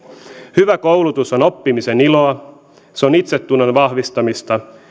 hyvä koulutus on oppimisen iloa se on itsetunnon vahvistamista